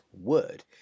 word